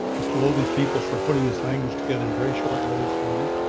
mr. logan's people for putting this language together in very short notice for me.